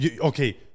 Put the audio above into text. okay